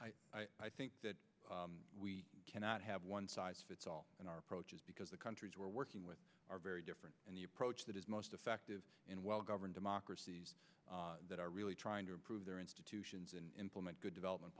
democracy i think that we cannot have one size fits all in our approaches because the countries we're working with are very different and the approach that is most effective and well governed democracies that are really trying to improve their institutions and implement good development